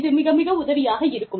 இது மிக மிக உதவியாக இருக்கும்